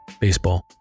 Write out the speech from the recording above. baseball